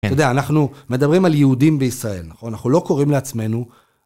אתה יודע, אנחנו מדברים על יהודים בישראל, אנחנו לא קוראים לעצמנו...